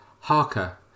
Harker